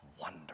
wonder